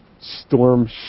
storm